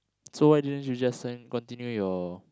so why didn't you just sign continue your